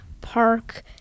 park